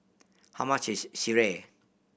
how much is sireh